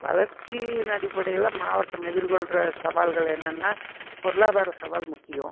வளர்ச்சியின் அடிப்படையில் மாவட்டம் எதிர்கொள்கிற சவால்கள் என்னன்னால் பொருளாதார சவால் முக்கியம்